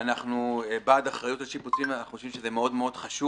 אנחנו בעד אחריות לשיפוצים - חושבים שזה מאוד חשוב.